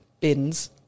bins